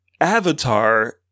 Avatar